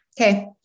okay